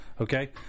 Okay